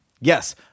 Yes